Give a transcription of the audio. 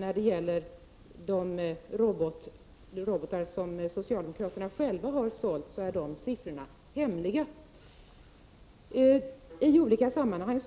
När det gäller de robotar som socialdemokraterna själva har sålt är siffrorna emellertid hemliga. Vi i folkpartiet har i olika sammanhang